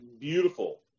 beautiful